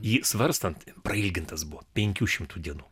jį svarstant prailgintas buvo penkių šimtų dienų